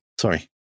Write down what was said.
Sorry